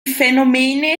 phänomene